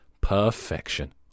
perfection